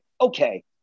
Okay